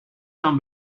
some